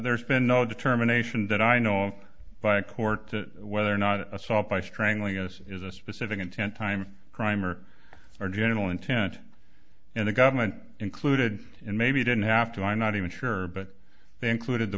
there's been no determination that i know of by a court whether or not an assault by strangling us is a specific intent time crime or our general intent and the government included in maybe didn't have to i'm not even sure but they included the